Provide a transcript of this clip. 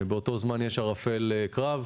באותו זמן יש ערפל קרב,